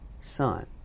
Son